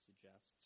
suggests